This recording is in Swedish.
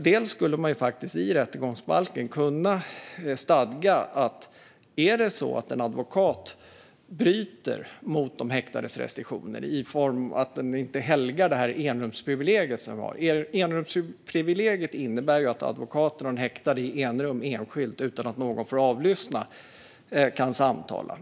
Man skulle i rättegångsbalken kunna stadga mot när en advokat bryter mot den häktades restriktioner och enrumsprivilegiet inte helgas. Enrumsprivilegiet innebär att advokaten och den häktade kan samtala i enrum och enskilt utan att någon får avlyssna.